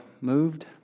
moved